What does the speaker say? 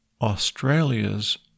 Australia's